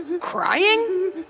crying